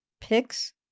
picks